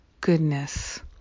goodness